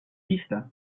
pista